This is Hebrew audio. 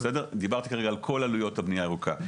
דיברתי כרגע על כל עלויות הבנייה הירוקה.